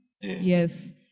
yes